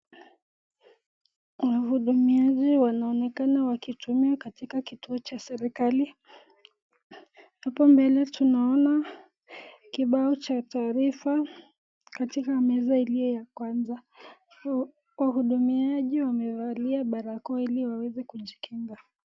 Mhudumiaji wanaonekana waki hudumia katika kituo cha serikali. Hapa mbele tunaona kibao cha taarifa katika meza iliyo ya kwanza, wahudumiaji wamevalia barakoa ili waweze kujikinga.